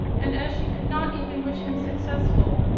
and as she could not even wish him successful,